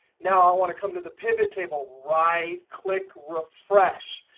now, i want to come to the pivot table, right click, refresh.